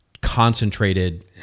concentrated